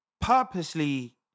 purposely